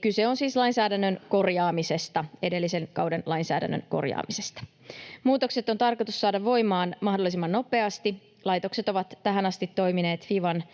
kyse on edellisen kauden lainsäädännön korjaamisesta. Muutokset on tarkoitus saada voimaan mahdollisimman nopeasti. Laitokset ovat tähän asti toimineet Fivan